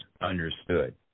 understood